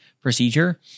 procedure